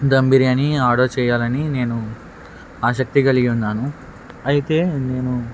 dum biryani order చేయాలని నేను ఆసక్తి కలిగి యున్నాను అయితే నేను